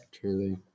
Truly